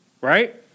Right